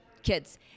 kids